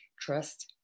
trust